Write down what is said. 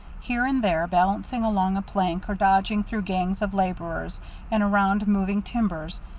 here and there balancing along a plank or dodging through gangs of laborers and around moving timbers,